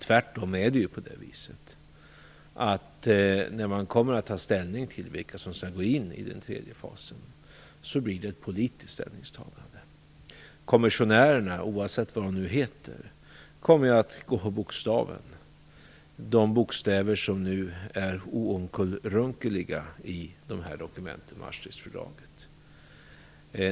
Tvärtom är det på viset att när man skall ta ställning till vilka som skall gå in i den tredje fasen blir det fråga om ett politiskt ställningstagande. Kommissionärerna, oavsett vad de nu heter, kommer att gå på bokstaven, de bokstäver som nu är oomkullrunkeliga i dessa dokument i Maastrichtfördraget.